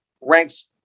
ranks